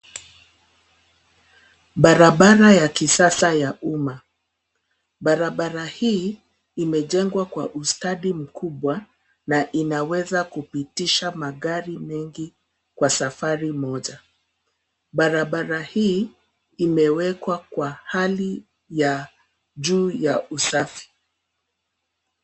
Barabara ya kisasa ya umma. Barabara hii imejengwa kwa ustadi mkubwa na inaweza kupitisha magari mengi kwa safari moja. Barabara hii imewekwa kwa hali ya juu ya usafi.